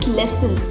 lesson